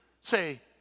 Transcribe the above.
say